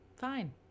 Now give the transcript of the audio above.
Fine